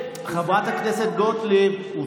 חברת הכנסת גוטליב, הוא